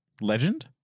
Legend